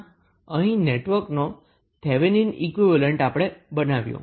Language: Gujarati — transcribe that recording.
આમ અહીં નેટવર્કનો થેવેનિન ઈક્વીવેલેન્ટ આપણે બનાવ્યો